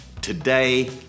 Today